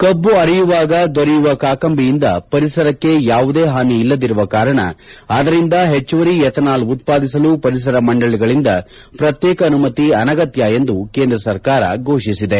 ಕಬ್ಬು ಅರೆಯುವಾಗ ದೊರೆಯುವ ಕಾಕಂಬಿಯಿಂದ ಪರಿಸರಕ್ಕೆ ಯಾವುದೇ ಹಾನಿ ಇಲ್ಲದಿರುವ ಕಾರಣ ಅದರಿಂದ ಹೆಚ್ಚುವರಿ ಎಥನಾಲ್ ಉತ್ಪಾದಿಸಲು ಪರಿಸರ ಮಂಡಳಿಗಳಿಂದ ಪ್ರತ್ಯೇಕ ಅನುಮತಿ ಅನಗತ್ಯ ಎಂದು ಕೇಂದ್ರ ಸರ್ಕಾರ ಫೋಷಿಸಿದೆ